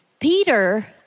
Peter